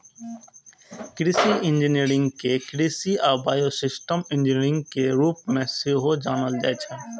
कृषि इंजीनियरिंग कें कृषि आ बायोसिस्टम इंजीनियरिंग के रूप मे सेहो जानल जाइ छै